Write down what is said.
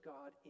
God